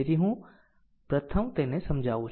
તેથી પ્રથમ હું તેને સમજાવું